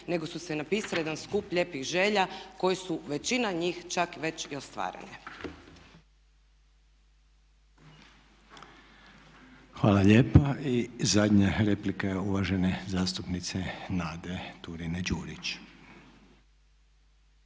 nego su se napisali jedan skup lijepih želja koje su većina njih čak već i ostvarene. **Reiner, Željko (HDZ)** Hvala lijepa. I zadnja replika je uvažene zastupnice Nade Turine-Đurić.